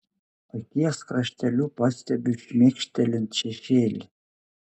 akies krašteliu pastebiu šmėkštelint šešėlį